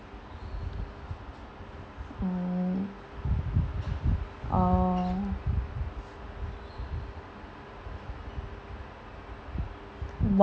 mm oh